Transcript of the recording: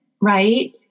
right